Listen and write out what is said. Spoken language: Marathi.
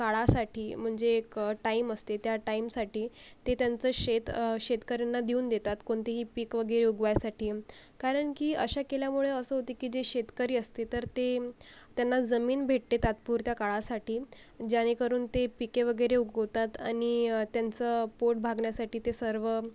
काळासाठी म्हणजे एक टाईम असते त्या टाईमसाठी ते त्यांचं शेत शेतकऱ्यांना देऊन देतात कोणतेही पीक वगैरे उगवायसाठी कारण की असं केल्यामुळे असं होते की जे शेतकरी असते तर ते त्यांना जमीन भेटते तात्पुरत्या काळासाठी जेणेकरून ते पिके वगैरे उगवतात आणि त्यांचं पोट भागण्यासाठी ते सर्व